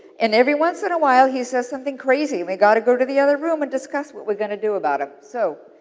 and, every once in a while he says something crazy and they got to go to the other room and discuss what we're going to do about him. so,